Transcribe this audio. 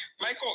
michael